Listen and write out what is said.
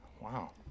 Wow